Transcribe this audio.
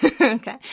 Okay